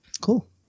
Cool